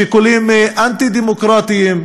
שיקולים אנטי-דמוקרטיים.